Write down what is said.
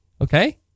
Okay